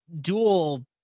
dual